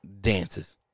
dances